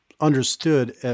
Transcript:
understood